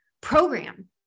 program